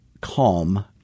calm